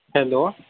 hello